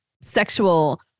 sexual